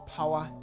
power